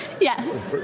Yes